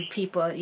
people